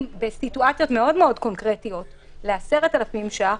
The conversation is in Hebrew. בסיטואציות מאוד מאוד קונקרטיות ל-10,000 ש"ח,